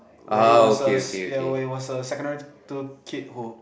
where it was a yeah where it was a secondary two kid who